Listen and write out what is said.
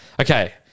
Okay